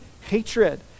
hatred